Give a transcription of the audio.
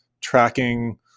tracking